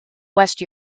west